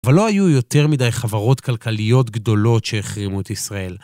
אבל לא היו יותר מדי חברות כלכליות גדולות שהחרימו את ישראל.